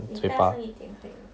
你大声一点可以吗